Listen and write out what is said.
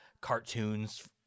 cartoons